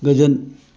गोजोन